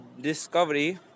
discovery